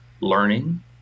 learning